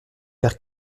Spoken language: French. faire